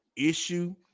issue